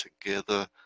together